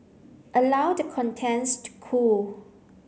allow the contents to cool